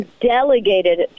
delegated